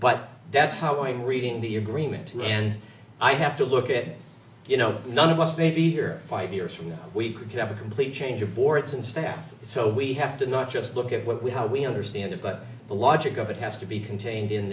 but that's how i'm reading the agreement and i have to look at it you know none of us may be here five years from now we could have a complete change aborts in staff so we have to not just look at what we have we understand it but the logic of it has to be contained in